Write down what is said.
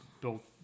built